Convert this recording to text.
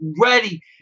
ready